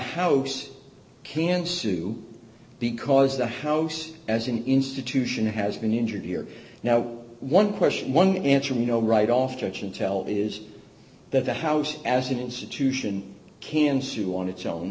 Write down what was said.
house can sue because the house as an institution has been injured here now one question one answer you know right off the action tell is that the house as an institution can sue on its own